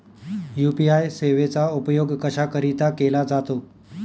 UPI सेवेचा उपयोग कशाकरीता केला जातो?